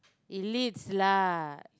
elites lah